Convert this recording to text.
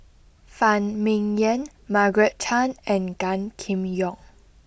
Phan Ming Yen Margaret Chan and Gan Kim Yong